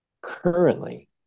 currently